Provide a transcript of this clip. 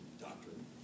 doctrine